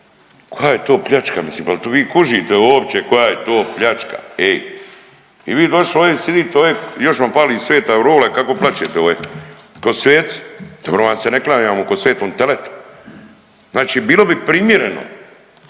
Koja je to pljačka! Mislim pa jel' vi kužite uopće koja je to pljačka. Ej i vi došli ovdje i sjedite ovdje, još vam fali sveta aureola kako plačete ko sveci. Dobro da vam se ne klanjamo ko svetom teletu. Znači bilo bi primjereno,